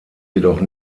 jedoch